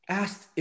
asked